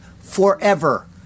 forever